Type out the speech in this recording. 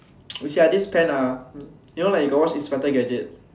you see ah this pen ah you know like you got watch inspector gadget